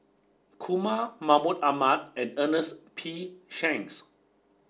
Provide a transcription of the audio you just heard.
Kumar Mahmud Ahmad and Ernest P Shanks